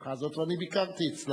האבטחה הזאת, ואני ביקרתי אצלן,